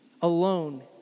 alone